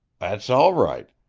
that's all right.